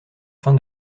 fin